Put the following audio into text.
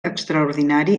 extraordinari